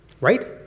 Right